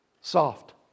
soft